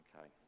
Okay